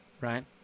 right